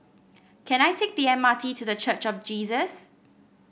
can I take the M R T to The Church of Jesus